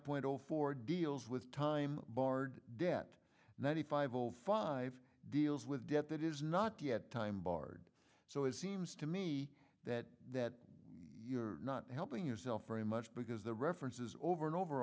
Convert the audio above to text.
point zero four deals with time barred debt ninety five zero five deals with debt that is not yet time barred so it seems to me that you're not helping yourself very much because the references over and over